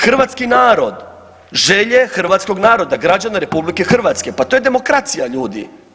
Hrvatski narod, želje hrvatskog naroda, građana RH, pa to je demokracija, ljudi.